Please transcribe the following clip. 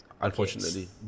Unfortunately